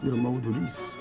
ir maudulys